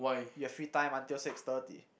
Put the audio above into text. you have free time until six thirty